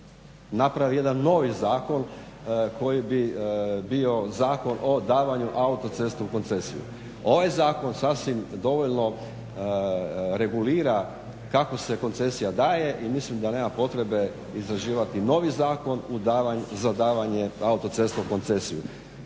napravi jedan novi zakon koji bi bio Zakon o davanju autoceste u koncesiju. Ovaj zakon sasvim dovoljno regulira kako se koncesija daje i mislim da nema potrebe izrađivati novi zakon za davanje autoceste u koncesiju.